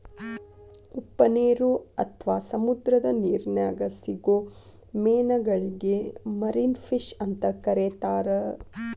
ಉಪ್ಪನೇರು ಅತ್ವಾ ಸಮುದ್ರದ ನಿರ್ನ್ಯಾಗ್ ಸಿಗೋ ಮೇನಗಳಿಗೆ ಮರಿನ್ ಫಿಶ್ ಅಂತ ಕರೇತಾರ